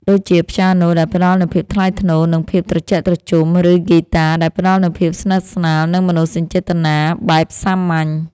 ដូចជាព្យាណូដែលផ្ដល់នូវភាពថ្លៃថ្នូរ និងភាពត្រជាក់ត្រជុំ ឬហ្គីតាដែលផ្ដល់នូវភាពស្និទ្ធស្នាល និងមនោសញ្ចេតនាបែបសាមញ្ញ។